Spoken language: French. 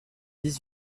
dix